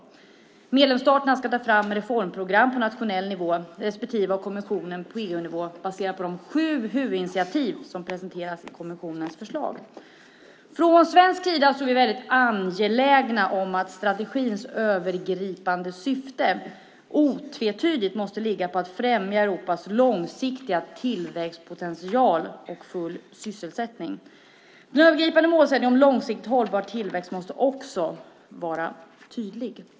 Medlemsstaterna ska ta fram reformprogram på nationell nivå, och kommissionen ska göra det på EU-nivå, baserat på de sju huvudinitiativ som presenteras i kommissionens förslag. Från svensk sida är vi väldigt angelägna om att strategins övergripande syfte otvetydigt måste vara att främja Europas långsiktiga tillväxtpotential och full sysselsättning. Den övergripande målsättningen om långsiktigt hållbar tillväxt måste också vara tydlig.